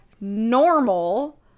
normal